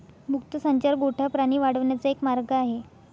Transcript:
मुक्त संचार गोठा प्राणी वाढवण्याचा एक मार्ग आहे